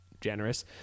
generous